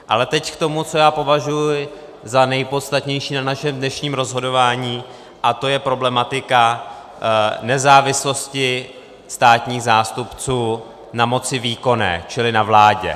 Ale teď k tomu, co já považuji za nepodstatnější na našem dnešním rozhodování, a to je problematika nezávislosti státních zástupců na moci výkonné, čili na vládě.